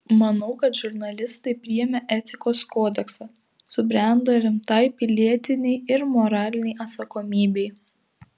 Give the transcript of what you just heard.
manau kad žurnalistai priėmę etikos kodeksą subrendo rimtai pilietinei ir moralinei atsakomybei